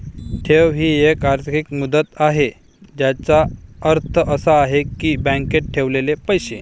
ठेव ही एक आर्थिक मुदत आहे ज्याचा अर्थ असा आहे की बँकेत ठेवलेले पैसे